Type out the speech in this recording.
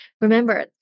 Remember